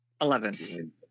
Eleven